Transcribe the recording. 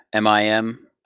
MIM